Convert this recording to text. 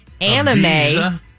Anime